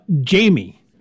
Jamie